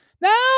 No